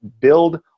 build